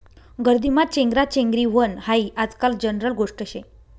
गर्दीमा चेंगराचेंगरी व्हनं हायी आजकाल जनरल गोष्ट शे